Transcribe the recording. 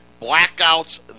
blackouts